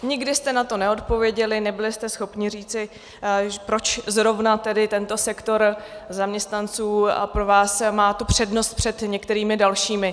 Nikdy jste na to neodpověděli, nebyli jste schopni říci, proč zrovna tedy tento sektor zaměstnanců pro vás má tu přednost před některými dalšími.